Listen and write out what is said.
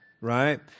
right